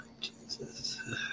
Jesus